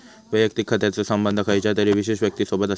वैयक्तिक खात्याचो संबंध खयच्या तरी विशेष व्यक्तिसोबत असता